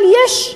אבל יש,